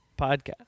podcast